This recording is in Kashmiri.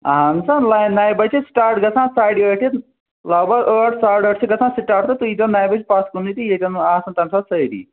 اَہن سا نَیہِ نَیہِ بَجہِ چھِ سِٹاٹ گژھان ساڑِ ٲٹھِ لَگ بَگ ٲٹھ ساڑٕ ٲٹھ چھِ گژھان سِٹاٹ تہٕ تُہۍ ییٖزیو نَیہِ بَجہِ پَتھ کُنٕے تہٕ ییٚتٮ۪ن آسَن تَمہِ ساتہٕ سٲری